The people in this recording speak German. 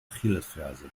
achillesferse